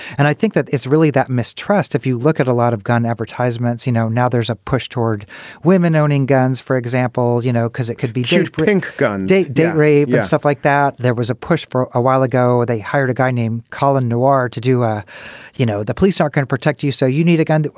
and i think that it's really that mistrust. if you look at a lot of gun advertisments, you know, now there's a push toward women owning guns, for example, you know, because it could be huge. brink, gun date, date rape, but stuff like that. there was a push for a while ago. they hired a guy named colin nua to do you know, the police are going to protect you. so you need a gun.